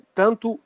tanto